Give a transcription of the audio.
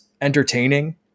entertaining